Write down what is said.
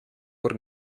por